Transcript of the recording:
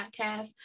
podcast